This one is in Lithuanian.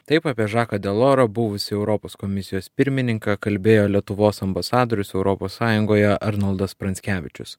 taip apie žaką delorą buvusį europos komisijos pirmininką kalbėjo lietuvos ambasadorius europos sąjungoje arnoldas pranckevičius